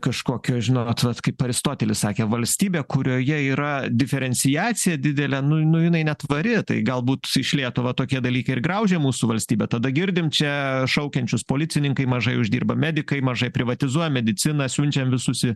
kažkokio žinot vat kaip aristotelis sakė valstybė kurioje yra diferenciacija didelė nu nu jinai netvari tai galbūt iš lietuvą tokie dalykai ir graužia mūsų valstybę tada girdim čia šaukiančius policininkai mažai uždirba medikai mažai privatizuoja mediciną siunčiam visus į